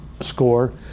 score